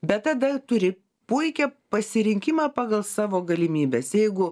bet tada turi puikią pasirinkimą pagal savo galimybes jeigu